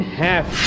half